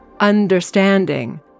understanding